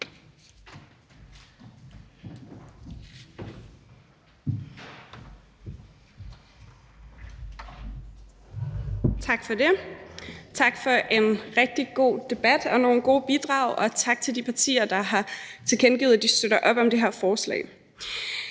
Tak for det. Tak for en rigtig god debat og nogle gode bidrag, og tak til de partier, der har tilkendegivet, at de støtter op om det her forslag.